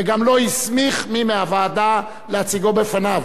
וגם לא הסמיך מי מהוועדה להציגו בפניו.